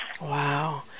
Wow